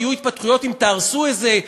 יהיו התפתחויות אם תהרסו איזה,